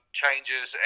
changes